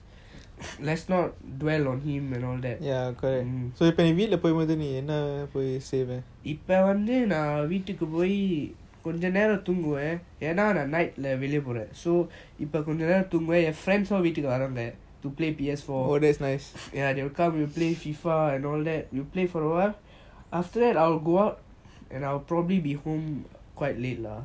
let's not dwell on him and all that இப்போ வந்து நான் வீட்டுக்கு பொய் கொஞ்ச நேரம் தூங்குவான் என்ன நான்:ipo vanthu naan veetuku poi konja neram thunguvan enna naan night lah வெளிய போறான்:veliya poran so இப்போ கொஞ்ச நேரம் தூங்குவான் ஏன்:ipo konja neram thunguvan yean friends all வீட்டுக்கு வராங்க:veetuku varanga to play P_S four ya they will come we play FIFA and all that we play for awhile after that I'll go out and I'll probably be home quite late lah